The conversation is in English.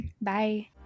Bye